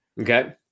Okay